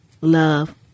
love